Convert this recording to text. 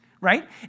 right